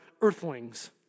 earthlings